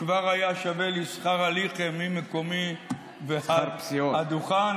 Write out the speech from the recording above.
כבר היה שווה לי שכר ההליכה ממקומי עד הדוכן.